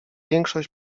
większość